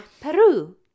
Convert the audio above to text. Peru